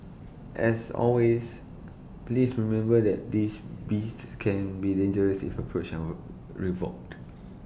as always please remember that these beasts can be dangerous if approached our revolved